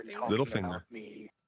Littlefinger